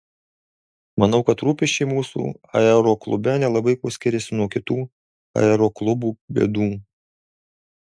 manau kad rūpesčiai mūsų aeroklube nelabai kuo skiriasi nuo kitų aeroklubų bėdų